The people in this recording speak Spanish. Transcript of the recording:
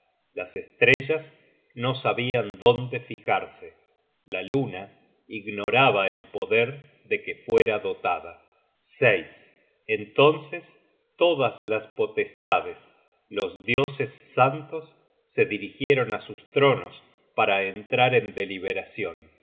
las estrellas no sabian dónde fijarse la luna ignoraba el poder de que fuera dotada entonces todas las potestades los dioses santos se dirigieron á sus tronos para entrar en deliberacion